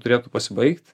turėtų pasibaigt